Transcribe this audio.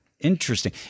Interesting